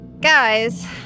guys